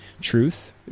truth